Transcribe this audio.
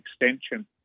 extension